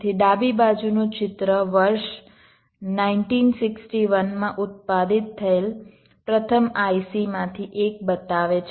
તેથી ડાબી બાજુનું ચિત્ર વર્ષ 1961માં ઉત્પાદિત થયેલા પ્રથમ IC માંથી એક બતાવે છે